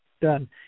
done